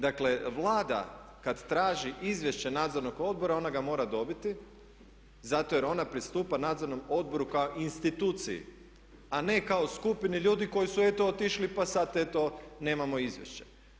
Dakle, Vlada kad traži izvješća nadzornog odbora ona ga mora dobiti zato jer ona pristupa nadzornom odboru kao instituciji a ne kao skupini ljudi koji su eto otišli pa sad eto nemamo izvješće.